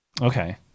Okay